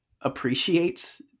appreciates